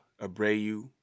Abreu